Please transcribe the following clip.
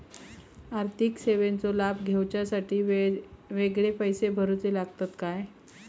आर्थिक सेवेंचो लाभ घेवच्यासाठी वेगळे पैसे भरुचे लागतत काय?